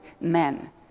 men